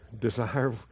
desire